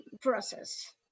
process